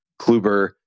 Kluber